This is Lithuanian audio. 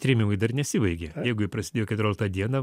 trėmimai dar nesibaigė jeigu jie prasidėjo keturioliktą dieną